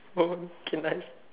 okay nice